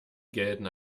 gelten